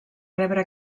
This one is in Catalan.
rebre